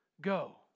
go